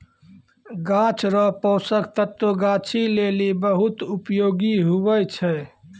गाछ रो पोषक तत्व गाछी लेली बहुत उपयोगी हुवै छै